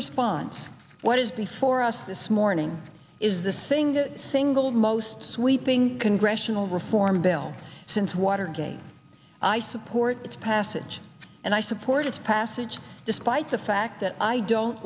response what is before us this morning is the single single most sweeping congressional reform bill since watergate i support its passage and i support its passage despite the fact that i don't